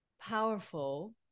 powerful